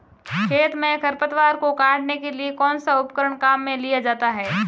खेत में खरपतवार को काटने के लिए कौनसा उपकरण काम में लिया जाता है?